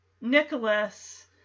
Nicholas